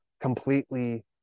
Completely